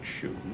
shoes